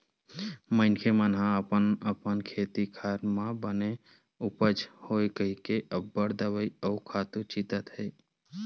मनखे मन ह अपन अपन खेत खार म बने उपज होवय कहिके अब्बड़ दवई अउ खातू छितत हे